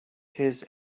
his